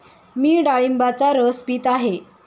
मी डाळिंबाचा रस पीत आहे